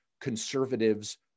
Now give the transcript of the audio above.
conservatives